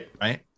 right